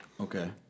Okay